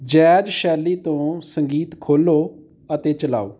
jazz ਸ਼ੈਲੀ ਤੋਂ ਸੰਗੀਤ ਖੋਲ੍ਹੋ ਅਤੇ ਚਲਾਓ